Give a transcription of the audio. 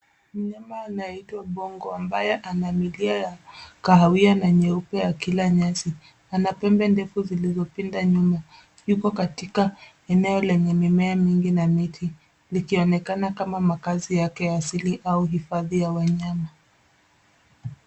Mnyama anayeitwa mbongo ambaye ana milia ya kahawia na nyeupe akila nyasi. Ana pembe ndefu zilizopinda nyuma. Yuko katika eneo lenye mimea mingi na miti, ikionekana kama makazi yake asili au hifadhi ya wanyama.